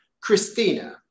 Christina